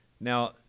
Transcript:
Now